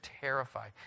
terrified